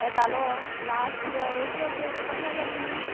येतालो last year okay okay okay कशें आसा तुमी